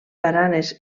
baranes